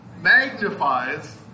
magnifies